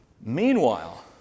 Meanwhile